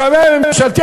השמאי הממשלתי,